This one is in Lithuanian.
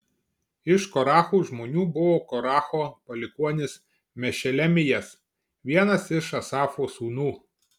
iš korachų žmonių buvo koracho palikuonis mešelemijas vienas iš asafo sūnų